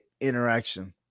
interaction